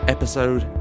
Episode